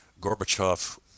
Gorbachev